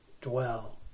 dwell